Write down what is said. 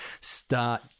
start